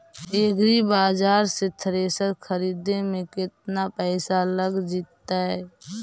एग्रिबाजार से थ्रेसर खरिदे में केतना पैसा लग जितै?